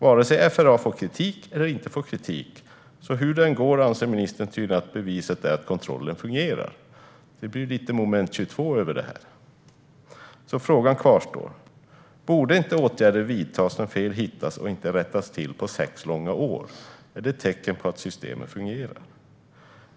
Vare sig FRA får kritik eller inte får kritik anser ministern tydligen att det bevisar att kontrollen fungerar. Det blir lite moment 22 över det. Frågorna kvarstår: Borde inte åtgärder vidtas när fel hittas och inte rättas till på sex långa år? Är det inte ett tecken på att systemet inte fungerar?